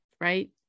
right